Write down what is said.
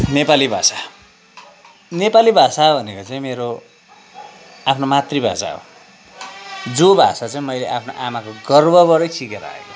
नेपाली भाषा नेपाली भाषा भनेको चाहिँ मेरो आफ्नो मातृभाषा हो जो भाषा चाहिँ मैले आफ्नो आमाको गर्भबाटै सिकेर आएको